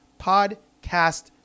Podcast